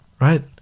right